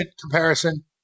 comparison